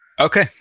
Okay